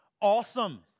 Awesome